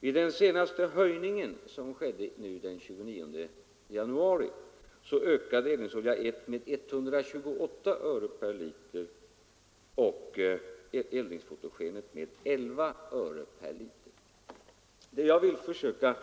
Vid den senaste höjningen, som skedde den 29 januari, ökade eldningsolja I med 128 öre per liter och eldningsfotogen med 11 öre per liter. Det jag vill försöka